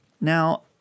Now